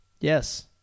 Yes